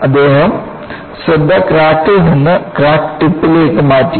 അദ്ദേഹം ശ്രദ്ധ ക്രാക്കിൽ നിന്ന് ക്രാക്ക് ടിപ്പിലേക്ക് മാറ്റി